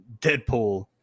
Deadpool